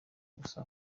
gusa